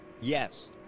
Yes